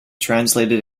translated